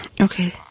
Okay